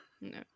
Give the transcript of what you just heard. No